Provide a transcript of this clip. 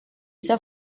son